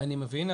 אני מבין,